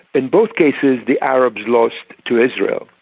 in both cases the arabs lost to israel,